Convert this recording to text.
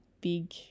big